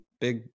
big